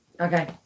Okay